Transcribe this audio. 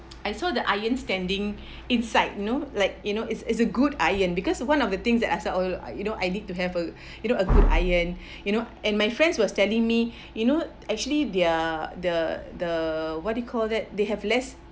I saw the iron standing inside you know like you know it's it's a good iron because one of the things that I saw I you know I need to have a you know a good iron you know and my friends was telling me you know actually their the the what you call that they have less